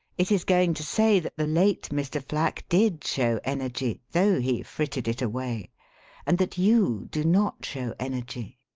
it is going to say that the late mr. flack did show energy, though he fritted it away and that you do not show energy.